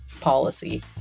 policy